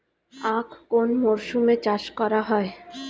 আখ কোন মরশুমে চাষ করা হয়?